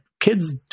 kids